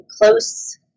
close